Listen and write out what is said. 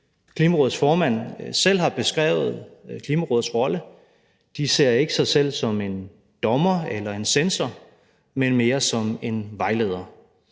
Klimarådets formand selv har beskrevet Klimarådets rolle på: De ser ikke sig selv som en dommer eller en censor, men mere som en vejleder.